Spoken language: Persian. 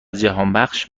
جهانبخش